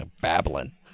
Babbling